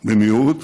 במהירות